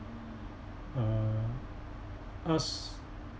uh ask